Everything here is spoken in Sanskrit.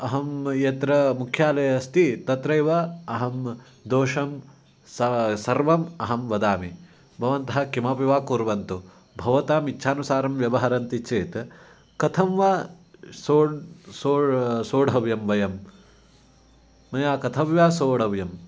अहं यत्र मुख्यालयः अस्ति तत्रैव अहं दोषं स सर्वम् अहं वदामि भवन्तः किमपि वा कुर्वन्तु भवतामिच्छानुसारं व्यवहरन्ति चेत् कथं वा सो सो सोढव्यं वयं मया कथं वा सोढव्यम्